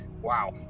Wow